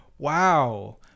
Wow